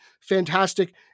fantastic